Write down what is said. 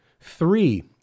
three